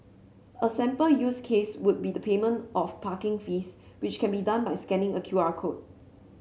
a sample use case would be the payment of parking fees which can be done by scanning a Q R code